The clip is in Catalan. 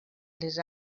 les